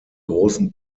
großen